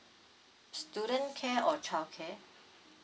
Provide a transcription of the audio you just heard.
student care or childcare